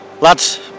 Lads